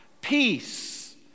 peace